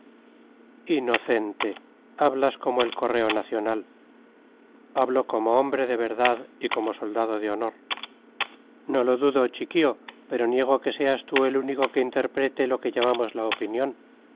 inocente hablas como el correo nacional hablo como hombre de verdad y como soldado de honor no lo dudo chiquío pero niego que seas tú el único que interprete lo que llamamos la opinión